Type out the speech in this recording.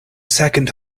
second